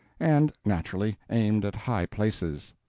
and naturally aimed at high places.